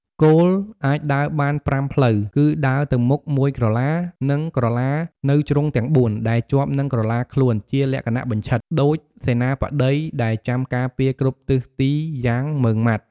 គោល អាចដើរបានប្រាំផ្លូវ គឺដើរទៅមុខមួយក្រឡា និងក្រឡានៅជ្រុងទាំងបួនដែលជាប់នឹងក្រឡាខ្លួនជាលក្ខណៈបញ្ឆិត ដូចសេនាបតីដែលចាំការពារគ្រប់ទិសទីយ៉ាងម៉ឺងម៉ាត់។